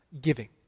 giving